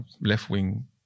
left-wing